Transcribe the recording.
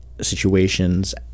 situations